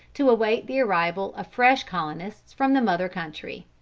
to await the arrival of fresh colonists from the mother country.